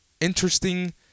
interesting